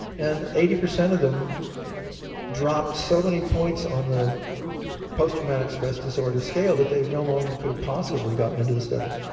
and eighty percent of them dropped so many points on the post-traumatic stress disorder scale that they no longer could have possibly gotten into the study,